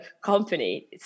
company